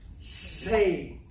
saved